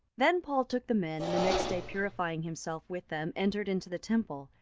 then paul took the men, and the next day purifying himself with them entered into the temple,